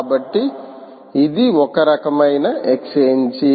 కాబట్టి ఇది ఒక రకమైన ఎక్స్ఛేంజి